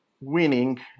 winning